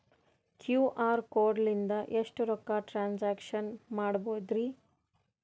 QR code ಲಿಂದ ಎಷ್ಟ ರೊಕ್ಕ ಟ್ರಾನ್ಸ್ಯಾಕ್ಷನ ಮಾಡ್ಬೋದ್ರಿ?